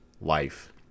life